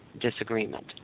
disagreement